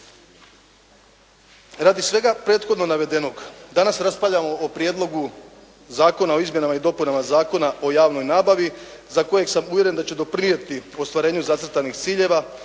Radi svega prethodno navedenog, danas raspravljamo o Prijedlogu zakona o izmjenama i dopunama Zakona o javnoj nabavi za kojeg sam uvjeren da će doprinijeti ostvarenju zacrtanih ciljeva,